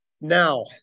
Now